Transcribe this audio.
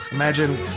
Imagine